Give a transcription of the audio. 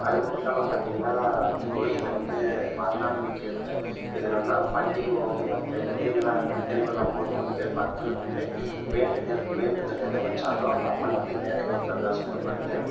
அது மட்டும் இல்லாமல் பார்த்திங்கன்னா அந்த கோயிலில் வந்து வரலாறு மிகுந்த இது என்னனால் பண்டிகை போது வந்து திருவிழா திருவிழா போது வந்து மக்கள் வந்து வேண்டுதல் வேண்டுதல் எதை வச்சாலும் அந்த அம்மன் வந்து நிறைவேத்துறதா சொல்லப்படுது